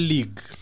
League